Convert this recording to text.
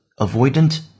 avoidant